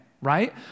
right